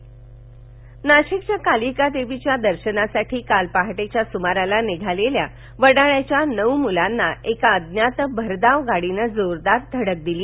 नाशिक नाशिकच्या कालिका देवीच्या दर्शनासाठी काल पहाटेच्या सुमारास निघालेल्या वडाळ्याच्या नऊ मुलांना क्रा अज्ञात भरधाव गाडीने जोरदार धडक दिली